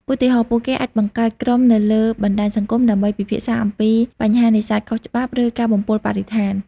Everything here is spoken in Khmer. ឧទាហរណ៍ ពួកគេអាចបង្កើតក្រុមនៅលើបណ្តាញសង្គមដើម្បីពិភាក្សាអំពីបញ្ហានេសាទខុសច្បាប់ ឬការបំពុលបរិស្ថាន។